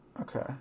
Okay